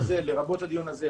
לרבות הדיון הזה.